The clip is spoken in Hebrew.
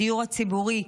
הדיור הציבורי,